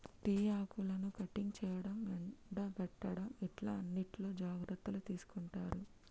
tea ఆకులను cutting చేయడం, ఎండపెట్టడం ఇట్లా అన్నిట్లో జాగ్రత్తలు తీసుకుంటారు